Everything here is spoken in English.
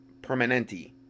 permanente